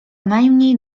najmniej